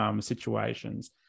situations